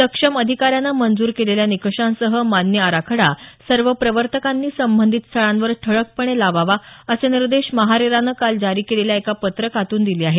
सक्षम अधिकाऱ्यानं मंजूर केलेल्या निकषांसह मान्य आराखडा सर्व प्रवर्तकांनी संबंधित स्थळांवर ठळकपणे लावावा असे निर्देश महारेराने काल जारी केलेल्या एका पत्रकातून दिले आहेत